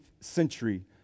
century